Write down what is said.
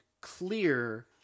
clear